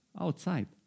outside